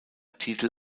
titel